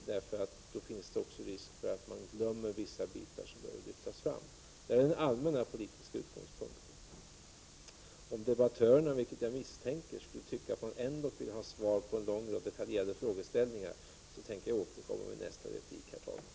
Då finns det ju också en risk för att vissa bitar glöms bort somii stället behöver lyftas fram. Det är den allmänna politiska utgångspunkten. Om debattörerna — vilket jag misstänker att de gör — ändå skulle vilja ha svar på en lång rad av dessa detaljerade frågor, får jag återkomma i nästa inlägg.